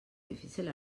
difícil